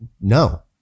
no